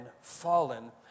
fallen